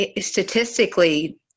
statistically